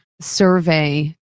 survey